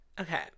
okay